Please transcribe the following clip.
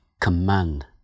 command